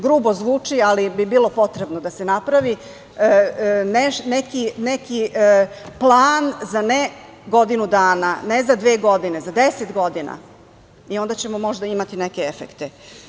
Grubo zvuči, ali bi bilo potrebno da se napravi neki plan ne za godinu dana, ne za dve godine, za deset godina i onda ćemo možda imati neke efekte.